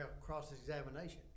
cross-examination